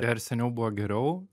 ar seniau buvo geriau